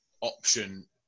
option